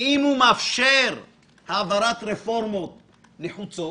אם הוא מאפשר העברת רפורמות נחוצות,